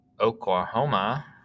Oklahoma